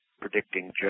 predicting